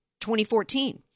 2014